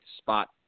spot